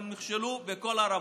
הם נכשלו בכל הרמות,